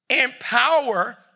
empower